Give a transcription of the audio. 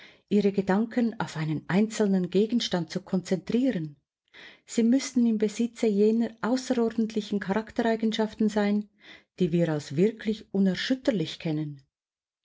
ihre gedanken auf einen einzelnen gegenstand zu konzentrieren sie müßten im besitze jener außerordentlichen charaktereigenschaft sein die wir als wirklich unerschütterlich kennen